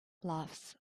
laughs